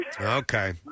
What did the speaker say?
okay